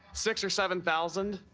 six or seven thousand.